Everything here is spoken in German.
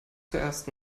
zuerst